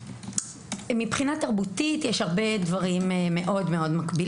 שמבחינה תרבותית יש ביניהם הרבה דברים מקבילים.